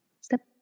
Step